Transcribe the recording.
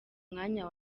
mwanya